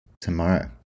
tomorrow